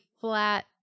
flat